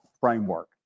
framework